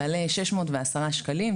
יעלה 610 שקלים,